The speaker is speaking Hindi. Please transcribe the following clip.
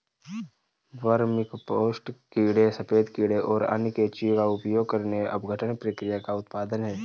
वर्मीकम्पोस्ट कीड़े सफेद कीड़े और अन्य केंचुए का उपयोग करके अपघटन प्रक्रिया का उत्पाद है